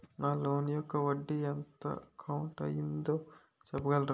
నా లోన్ యెక్క వడ్డీ ఎంత కట్ అయిందో చెప్పగలరా?